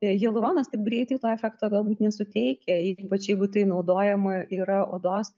hialuronas taip greitai to efekto galbūt nesuteikia ypač jeigu tai naudojama yra odos